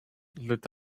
lit